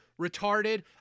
retarded